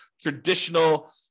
traditional